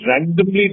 randomly